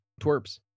twerps